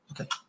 Okay